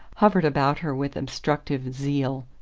hovered about her with obstructive zeal.